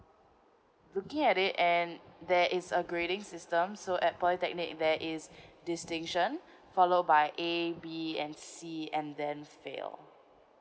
looking at it and there is a grading system so at polytechnic there is distinction followed by A B and C and then fail